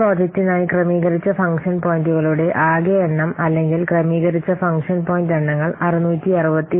ഈ പ്രോജക്റ്റിനായി ക്രമീകരിച്ച ഫംഗ്ഷൻ പോയിന്റുകളുടെ ആകെ എണ്ണം അല്ലെങ്കിൽ ക്രമീകരിച്ച ഫംഗ്ഷൻ പോയിന്റ് എണ്ണങ്ങൾ 661